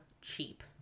cheap